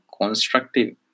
constructive